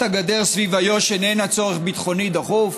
הגדר סביב איו"ש איננה צורך ביטחוני דחוף?